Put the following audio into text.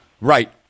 Right